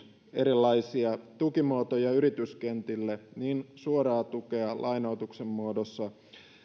erilaisia tukimuotoja yrityskentille myös suoraa tukea lainoituksen muodossa